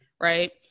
right